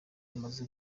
bamaze